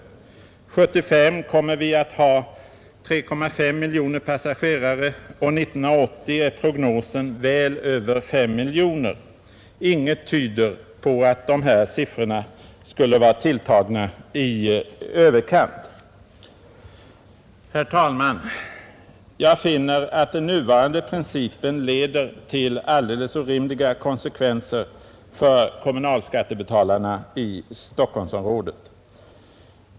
1975 kommer vi att ha 3,5 miljoner passagerare, och för 1980 visar prognosen väl över 5 miljoner. Inget tyder på att dessa siffror skulle vara tilltagna i överkant. Herr talman! Jag finner att den nuvarande principen leder till alldeles orimliga konsekvenser för kommunalskattebetalarna i Stockholmsområdet.